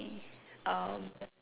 um